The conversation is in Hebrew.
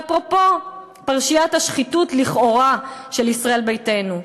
ואפרופו פרשיית השחיתות לכאורה של ישראל ביתנו,